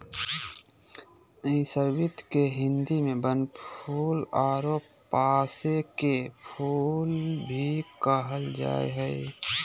स्रीवत के हिंदी में बनफूल आरो पांसे के फुल भी कहल जा हइ